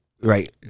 right